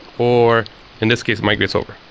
or in this case, migrates over.